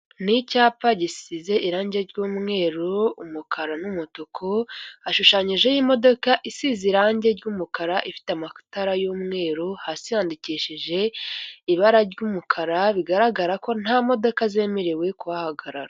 Ni icyapa gisize irange ry'umweru umukara n'umutuku hashushanyijeho imodokadoka isize irangi ry'umukara ifite amatara y'umweru, hasi yandikishije ibara ry'umukara bigaragara ko nta modoka zemerewe kuhahagarara.